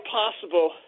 possible